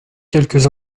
quelques